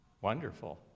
wonderful